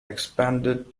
expanded